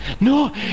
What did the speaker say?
No